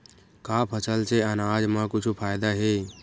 का फसल से आनाज मा कुछु फ़ायदा हे?